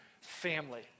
family